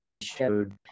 showed –